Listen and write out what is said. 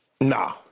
Nah